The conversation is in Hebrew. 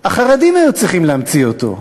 החרדים היו צריכים להמציא אותו.